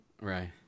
Right